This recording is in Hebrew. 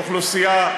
באוכלוסייה,